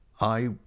I